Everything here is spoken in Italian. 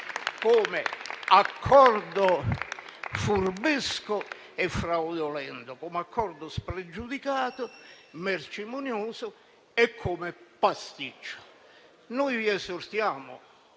come accordo furbesco e fraudolento, spregiudicato e mercimonioso, e come pasticcio. Noi vi esortiamo